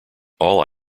all